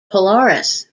polaris